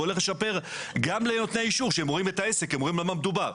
וזה הולך לשפר גם לנותני האישור כשהם רואים את העסק ורואים על מה מדובר.